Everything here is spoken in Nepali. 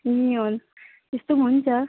ए हुन त्यस्तो हुन्छ